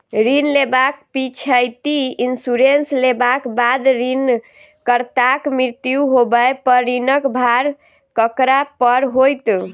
ऋण लेबाक पिछैती इन्सुरेंस लेबाक बाद ऋणकर्ताक मृत्यु होबय पर ऋणक भार ककरा पर होइत?